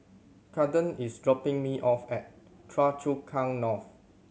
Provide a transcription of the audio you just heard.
Kaden is dropping me off at Choa Chu Kang North